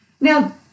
Now